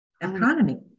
economy